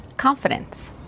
Confidence